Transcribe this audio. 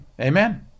Amen